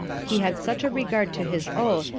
he had such a regard to his oath,